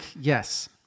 Yes